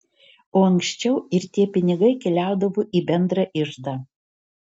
o ankščiau ir tie pinigai keliaudavo į bendrą iždą